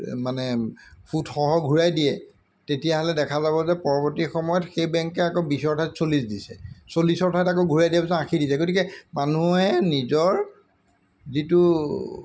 মানে সূতসহ ঘূৰাই দিয়ে তেতিয়াহ'লে দেখা যাব যে পৰৱৰ্তী সময়ত সেই বেংকে আকৌ বিছৰ ঠাইত চল্লিছ দিছে চল্লিছৰ ঠাইত আকৌ ঘূৰাই দিয়াৰ পিছত আশী দিছে গতিকে মানুহে নিজৰ যিটো